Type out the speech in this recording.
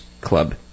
club